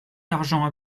d’argent